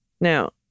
Now